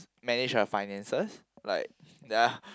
manage her finances like ya